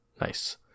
Nice